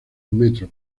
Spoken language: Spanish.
metro